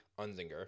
Unzinger